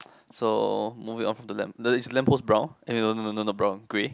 so moving on from the lamp the is the lamp post brown eh no no no no no not brown grey